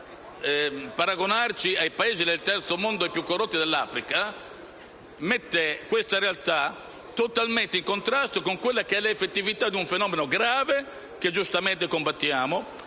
perché paragonarci ai Paesi del Terzo mondo e ai più corrotti dell'Africa mette questa realtà totalmente in contrasto con quella che è l'effettività di un fenomeno pur grave, che giustamente combattiamo.